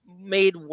Made